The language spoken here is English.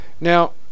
Now